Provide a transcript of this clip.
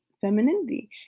femininity